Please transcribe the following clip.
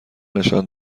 نشان